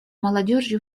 молодежью